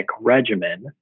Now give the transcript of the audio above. regimen